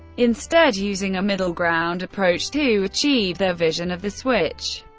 instead using a middle-ground approach to achieve their vision of the switch.